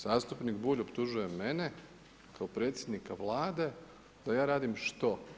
Zastupnik Bulj optužuje mene kao predsjednika Vlade da ja radim što?